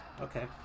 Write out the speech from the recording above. Okay